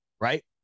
right